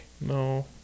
No